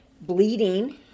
bleeding